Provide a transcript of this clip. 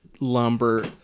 lumber